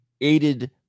aided